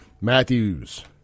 Matthews